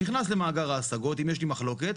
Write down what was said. נכנס למאגר ההשגות, אם יש לי מחלוקת.